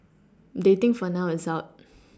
dating for now is out